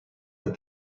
that